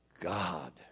God